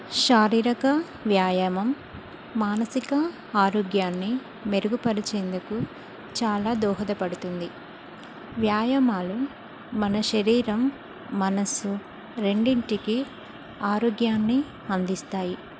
శారీరక వ్యాయామం మానసిక ఆరోగ్యాన్ని మెరుగుపరిచేందుకు చాలా దోహదపడుతుంది వ్యాయామాలు మన శరీరం మనసు రెండింటికీ ఆరోగ్యాన్ని అందిస్తాయి